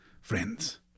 Friends